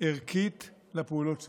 ערכית לפעולות שלנו.